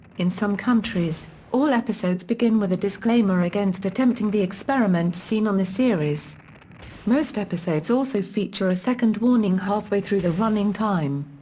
in some countries, all episodes begin with a disclaimer against attempting the experiments seen on the series most episodes also feature a second warning halfway through the running time.